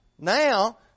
Now